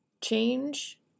Change